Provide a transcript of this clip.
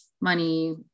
money